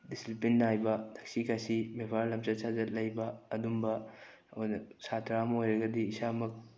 discipline ꯅꯥꯏꯕ ꯊꯛꯁꯤ ꯈꯥꯁꯤ ꯕ꯭ꯌꯦꯕꯥꯔ ꯂꯝꯆꯠ ꯁꯥꯖꯠ ꯂꯩꯕ ꯑꯗꯨꯝꯕ ꯁꯥꯇ꯭ꯔ ꯑꯃ ꯑꯣꯏꯔꯒꯗꯤ ꯏꯁꯥꯃꯛ